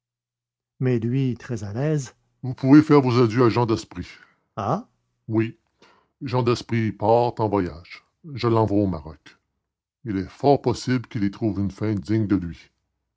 mais lui très à l'aise vous pouvez faire vos adieux à jean daspry ah oui jean daspry part en voyage je l'envoie au maroc il est fort possible qu'il y trouve une fin digne de lui